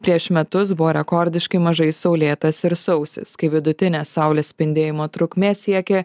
prieš metus buvo rekordiškai mažai saulėtas ir sausis kai vidutinė saulės spindėjimo trukmė siekė